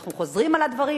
אנחנו חוזרים על הדברים,